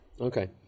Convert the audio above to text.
Okay